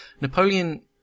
Napoleon